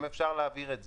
אם אפשר להעביר את זה.